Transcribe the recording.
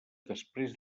després